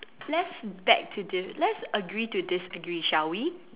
let's beg to di~ let's agree to disagree shall we